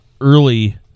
early